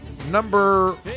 number